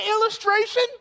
illustration